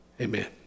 Amen